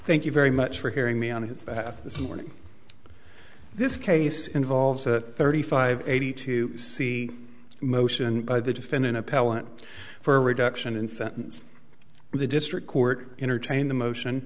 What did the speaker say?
thank you very much for hearing me on his behalf this morning this case involves a thirty five eighty two c motion by the defendant appellant for reduction in sentence the district court entertain the motion